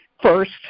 first